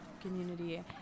community